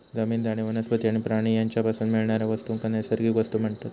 जमीन, झाडे, वनस्पती आणि प्राणी यांच्यापासून मिळणाऱ्या वस्तूंका नैसर्गिक वस्तू म्हणतत